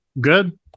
Good